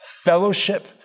fellowship